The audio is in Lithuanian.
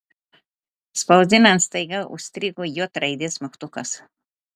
spausdinant staiga užstrigo j raidės mygtukas